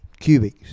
cubics